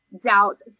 doubt